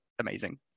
amazing